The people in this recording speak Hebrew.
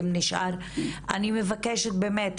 אני מבקשת באמת,